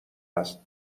است